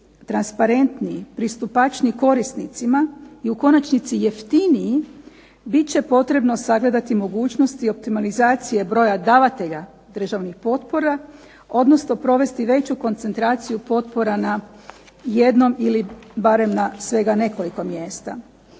transparentniji, pristupačniji korisnicima i u konačnici jeftiniji bit će potrebno sagledati mogućnosti optimalizacije broja davatelja državnih potpora, odnosno provesti veću koncentraciju potpora na jednom ili barem na svega nekoliko mjesta.